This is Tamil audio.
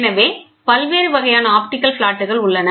எனவே பல்வேறு வகையான ஆப்டிகல் பிளாட்டுகள் உள்ளன